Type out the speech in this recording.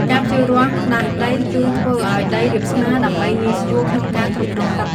ការភ្ជូររាស់ដាស់ដីគឺ ធ្វើឱ្យដីរាបស្មើដើម្បីងាយស្រួលក្នុងការគ្រប់គ្រងទឹក។